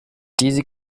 diese